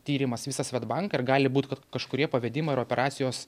tyrimas visą svedbanką ir gali būt kad kažkurie pavedimai ir operacijos